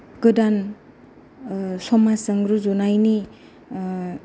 गोदान ओ समाजजों रुजुनायनि ओ